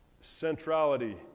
Centrality